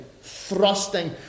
thrusting